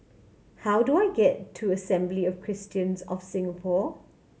how do I get to Assembly of Christians of Singapore